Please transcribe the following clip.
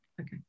Okay